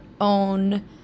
own